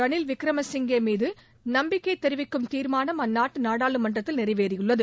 ரனில் விக்ரமசிங்கே மீது நம்பிக்கை தெரிவிக்கும் தீர்மானம் அந்நாட்டு நாடாளுமன்றத்தில் நிறைவேறியுள்ளது